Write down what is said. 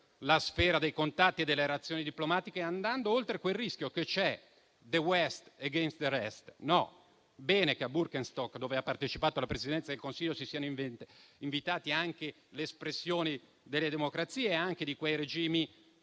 la sfera dei contatti e delle relazioni diplomatiche, andando oltre quel rischio che c'è, ossia «*the West against the rest*». Bene che a Bürgenstock, dove ha partecipato la Presidenza del Consiglio, siano state invitate anche le espressioni delle democrazie e anche di quei regimi